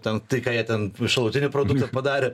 ten tai ką jie ten šalutinį produktą padarė